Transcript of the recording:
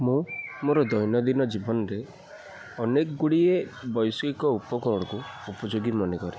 ମୁଁ ମୋର ଦୈନନ୍ଦିନ ଜୀବନରେ ଅନେକ ଗୁଡ଼ିଏ ବୈଷୟିକ ଉପକରଣକୁ ଉପଯୋଗୀ ମନେକରେ